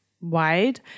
wide